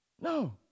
No